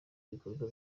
ibikorwa